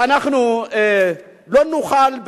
ואנחנו לא נוכל,